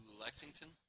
Lexington